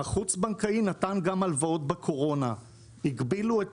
החוץ בנקאי נתן גם הלוואות בקורונה, הגבילו את